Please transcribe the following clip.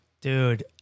dude